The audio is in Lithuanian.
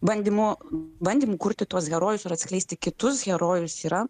bandymų bandymų kurti tuos herojus ir atskleisti kitus herojus yra